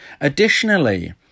Additionally